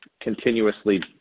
Continuously